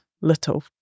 little